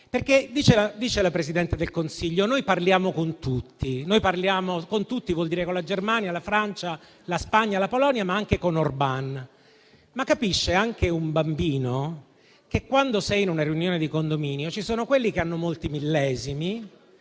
credibile. La Presidente del Consiglio dice che loro parlano con tutti. Con tutti vuol dire con la Germania, la Francia, la Spagna e la Polonia, ma anche con Orbán. Capisce però anche un bambino che quando sei in una riunione di condominio, ci sono quelli che hanno molti millesimi